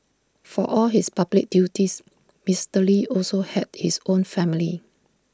for all his public duties Mister lee also had his own family